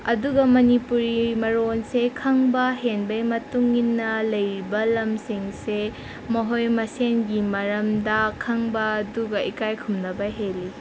ꯑꯗꯨꯒ ꯃꯅꯤꯄꯨꯔꯤ ꯃꯔꯣꯟꯁꯦ ꯈꯪꯕ ꯍꯦꯟꯕꯒꯤ ꯃꯇꯨꯡ ꯏꯟꯅ ꯂꯩꯔꯤꯕ ꯂꯝꯁꯤꯡꯁꯦ ꯃꯈꯣꯏ ꯃꯁꯦꯟꯒꯤ ꯃꯔꯝꯗ ꯈꯪꯕ ꯑꯗꯨꯒ ꯏꯀꯥꯏ ꯈꯨꯝꯅꯕ ꯍꯦꯜꯂꯤ